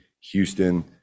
Houston